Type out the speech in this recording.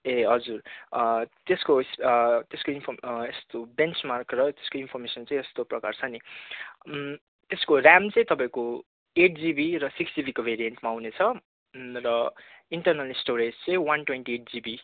ए हजुर त्यसको benchmark र त्यसको इन्फर्मेसन चाहिँ यस्तो प्रकार छ नि त्यसको र्याम चाहिँ तपाईँको एट जिबी र सिक्स जिबी भेरियेन्ट्समा आउने छ र इन्टरनल स्टोरेज चाहिँ वन् ट्वेन्टी एट जिबी